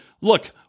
look